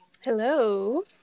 Hello